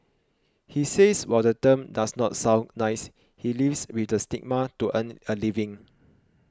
he says while the term does not sound nice he lives with the stigma to earn a living